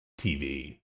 tv